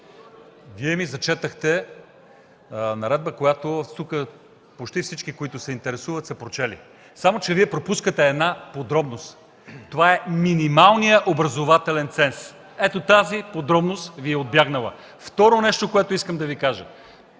Вие ми зачетохте наредба, която тук почти всички, които се интересуват, са прочели. Само че пропускате една подробност и това е минималният образователен ценз. Ето тази подробност Ви е убягнала. Второто нещо, което искам да Ви кажа...